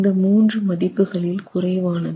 இந்த மூன்று மதிப்புகளில் குறைவானது